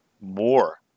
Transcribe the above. more